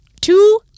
two